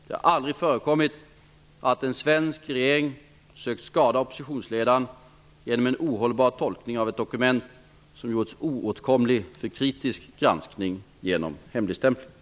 Det har aldrig förekommit att en svensk regering sökt skada oppositionsledaren genom en ohållbar tolkning av ett dokument som gjorts oåtkomligt för kritisk granskning genom hemligstämpling.